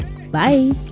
bye